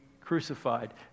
crucified